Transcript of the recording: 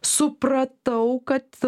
supratau kad